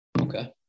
Okay